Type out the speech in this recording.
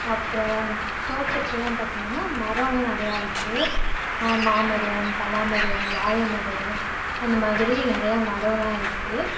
அப்புறம் தோட்டத்திலல்லாம் பார்த்திங்கனா மரமெலாம் நிறையா இருக்குது மாமரம் பலாமரம் வாழைமரம் அந்தமாதிரி நிறைய மரமெலாம் இருக்குது